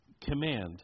command